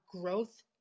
growth